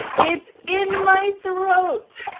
it's in my throat.